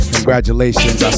Congratulations